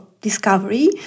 discovery